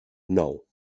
nou